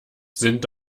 sind